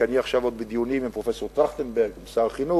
כי אני עכשיו עוד בדיונים עם פרופסור טרכטנברג ועם שר החינוך,